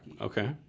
Okay